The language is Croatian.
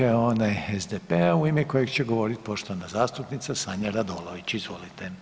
je onaj SDP-a u ime kojeg će govorit poštovana zastupnica Sanja Radolović, izvolite.